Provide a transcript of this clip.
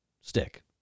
stick